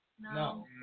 No